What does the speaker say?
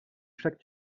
chaque